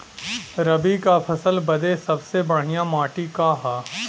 रबी क फसल बदे सबसे बढ़िया माटी का ह?